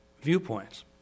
viewpoints